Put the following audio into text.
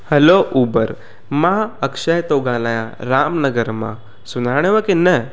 hello Uber मां अक्ष्य थो ॻाल्हायां रामनगर मां सुञाणव की न